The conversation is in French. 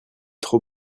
trop